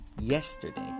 yesterday